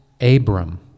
Abram